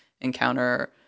encounter